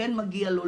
כן מגיע לו,